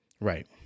Right